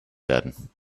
werden